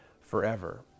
forever